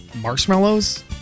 marshmallows